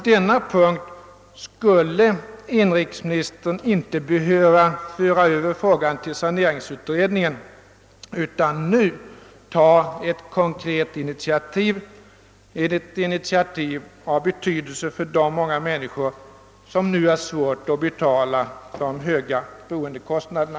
Denna fråga skulle inrikesministern inte behöva föra över till saneringsutredningen, utan han kunde nu ta ett konkret initiativ av betydelse för de många människor som har svårt att betala de höga boendekostnaderna.